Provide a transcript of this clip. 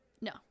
No